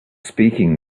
speaking